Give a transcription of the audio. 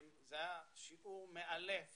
זה היה שיעור מאלף